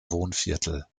wohnviertel